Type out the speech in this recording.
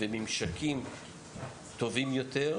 וממשקים טובים יותר,